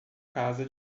casa